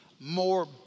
more